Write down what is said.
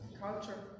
Culture